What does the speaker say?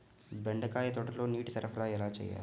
బెండకాయ తోటలో నీటి సరఫరా ఎలా చేయాలి?